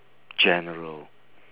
general